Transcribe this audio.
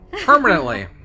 Permanently